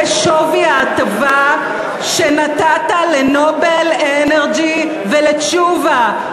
זה שווי ההטבה שנתת ל"נובל אנרג'י" ולתשובה.